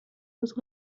was